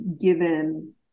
given